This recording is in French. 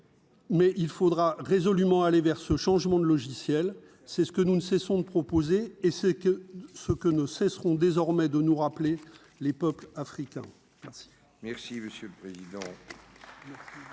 Mais il faudra résolument aller vers ce changement de logiciel. C'est ce que nous ne cessons de proposer et ce que, ce que ne cesseront désormais de nous rappeler les peuples africains. Merci,